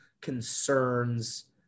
concerns